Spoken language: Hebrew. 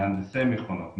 מהנדסי מכונות,